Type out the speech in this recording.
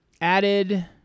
added